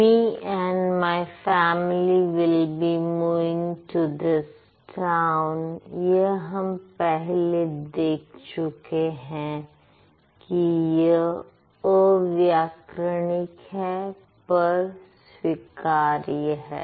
me and my family will be moving to this town यह हम पहले देख चुके हैं कि यह अव्याकरणिक है पर स्वीकार्य है